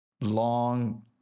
long